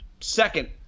second